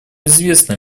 известно